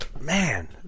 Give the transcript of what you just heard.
Man